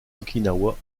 okinawa